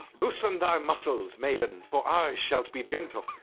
loosen thy muscles, maiden for i shallt be gentil.